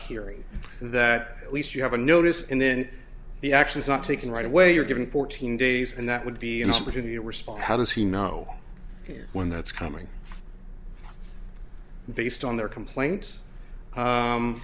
hearing that at least you have a notice and then the action is not taken right away you're given fourteen days and that would be an opportunity to respond how does he know you're one that's coming based on their complaints